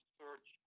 search